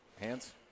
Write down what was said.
Hands